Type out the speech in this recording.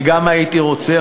גם אני הייתי רוצה,